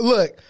Look